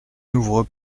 n’ouvre